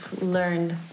learned